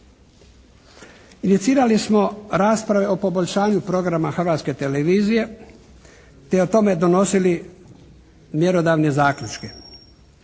Inicirali smo rasprave o poboljšanju programa Hrvatske televizije te o tome donosili mjerodavne zaključke.